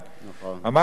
אמר רבי אלעזר,